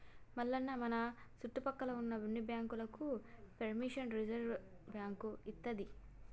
మల్లన్న మన సుట్టుపక్కల ఉన్న అన్ని బాంకులకు పెర్మిషన్ రిజర్వ్ బాంకు ఇత్తది